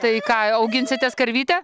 tai ką auginsitės karvytę